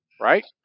right